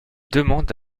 demande